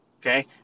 Okay